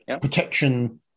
protection